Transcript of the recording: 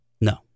No